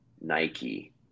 Nike